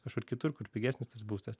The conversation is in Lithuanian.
kažkur kitur kur pigesnis tas būstas